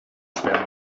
schwer